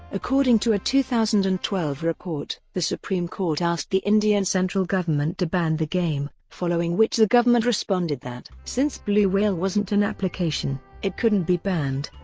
according to a two thousand and twelve report. the supreme court asked the indian central government to ban the game, following which the government responded that since blue whale wasn't an application, it couldn't be banned.